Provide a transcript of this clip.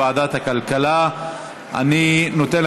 לוועדת הכלכלה נתקבלה.